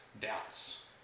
doubts